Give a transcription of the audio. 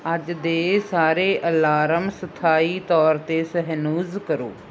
ਅੱਜ ਦੇ ਸਾਰੇ ਅਲਾਰਮ ਸਥਾਈ ਤੌਰ 'ਤੇ ਸਹਿਨੂਜ਼ ਕਰੋ